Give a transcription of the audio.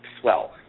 swell